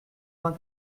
vingt